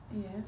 Yes